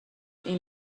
این